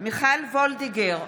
מיכל וולדיגר,